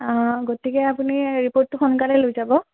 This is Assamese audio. অঁ গতিকে আপুনি ৰিপৰ্টটো সোনকালে লৈ যাব